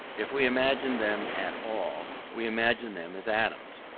if we imagine them at all, we imagine them as atoms.